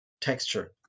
texture